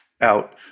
out